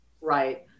right